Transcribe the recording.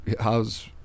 how's